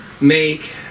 make